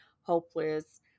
hopeless